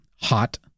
Hot